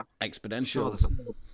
Exponential